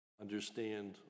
understand